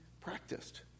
practiced